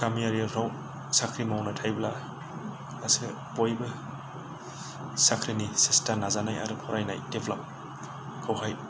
गामियारिफोराव साख्रि मावनाय थायोब्ला एसे बयबो साख्रिनि सेस्ता नाजानाय आरो फरायनाय डेभलपखौहाय